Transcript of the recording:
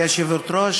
גברתי היושבת-ראש,